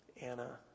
Anna